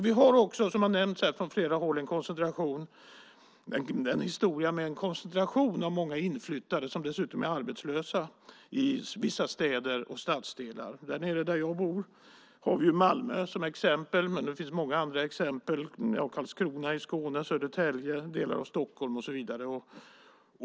Vi har också, som har nämnts från flera håll, en historia med en koncentration av många inflyttade som dessutom är arbetslösa i vissa städer och stadsdelar. Där jag bor har vi Malmö, men det finns många andra exempel - Karlskrona, Södertälje, delar av Stockholm och så vidare.